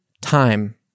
time